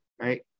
right